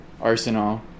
arsenal